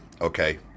okay